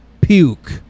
puke